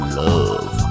love